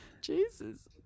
Jesus